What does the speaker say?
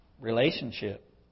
relationship